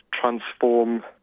transform